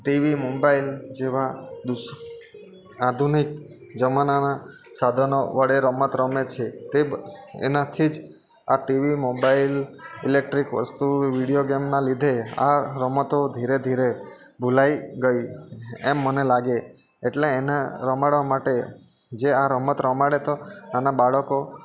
TV mobile જેવાં આધુનિક જમાનાનાં સાધનો વડે રમત રમે છે તે એનાથી જ આ ટીવી મોબાઇલ ઇલેક્ટ્રિક વસ્તુ વિડીયો ગેમના લીધે આ રમતો ધીરે ધીરે ભુલાઈ ગઈ એમ મને લાગે એટલે એના રમાડવા માટે જે આ રમત રમાડે તો નાનાં બાળકો